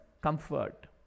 comfort